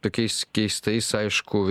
tokiais keistais aišku